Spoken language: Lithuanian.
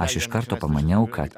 aš iš karto pamaniau kad